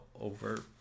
over